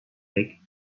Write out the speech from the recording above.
take